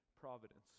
providence